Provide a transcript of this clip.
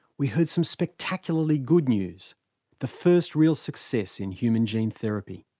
we heard some spectacularly good news the first real success in human gene therapy.